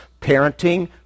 parenting